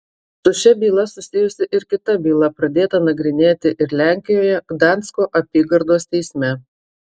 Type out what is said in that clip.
su šia byla susijusi kita byla pradėta nagrinėti ir lenkijoje gdansko apygardos teisme